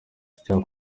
cya